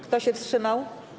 Kto się wstrzymał?